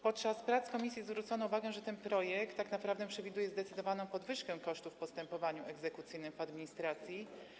Podczas prac komisji zwrócono uwagę, że ten projekt tak naprawdę przewiduje zdecydowaną podwyżkę kosztów w postępowaniu egzekucyjnym w administracji.